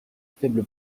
faible